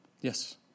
Yes